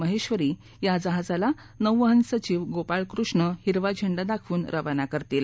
महेश्वरी या जहाजाला नौवहन सचिव गोपाळ कृष्ण हिरवा झेंडा दाखवून रवाना करतील